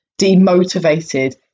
demotivated